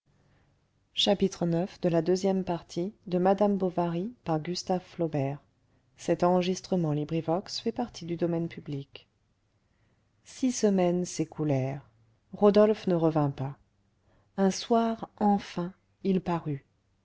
six semaines s'écoulèrent rodolphe ne revint pas un soir enfin il parut